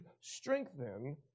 strengthen